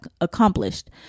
accomplished